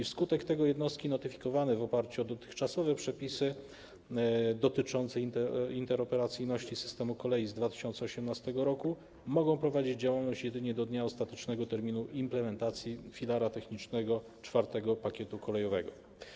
Wskutek tego jednostki notyfikowane w oparciu o dotychczasowe przepisy dotyczące interoperacyjności systemu kolei z 2008 r. mogą prowadzić działalność jedynie do dnia ostatecznego terminu implementacji filara technicznego IV pakietu kolejowego.